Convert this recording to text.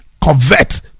convert